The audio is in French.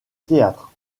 théâtre